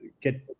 get